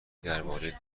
درباره